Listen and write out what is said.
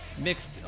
Mixed